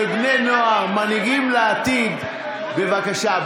אלה בני נוער, מנהיגים לעתיד, בבקשה.